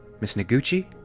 ms. noguchi?